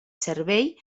servei